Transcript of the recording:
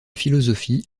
philosophie